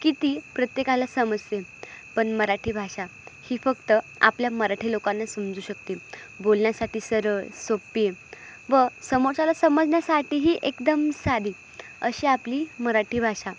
की ती प्रत्येकाला समजते पण मराठी भाषा ही फक्त आपल्या मराठी लोकांना समजू शकते बोलण्यासाठी सरळ सोपी व समोरच्याला समजण्यासाठीही एकदम साधी अशी आपली मराठी भाषा